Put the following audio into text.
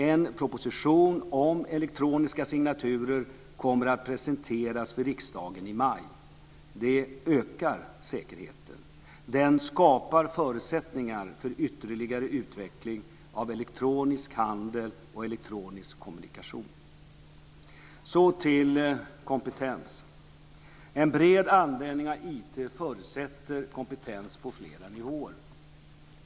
En proposition om elektroniska signaturer kommer att presenteras för riksdagen i maj. Det ökar säkerheten. Den skapar förutsättningar för ytterligare utveckling av elektronisk handel och elektronisk kommunikation. Så går jag över till kompetens. En bred användning av IT förutsätter kompetens på flera nivåer.